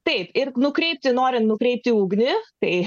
taip ir nukreipti norint nukreipti ugnį tai